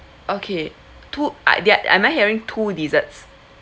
okay two ah d~ am I hearing two desserts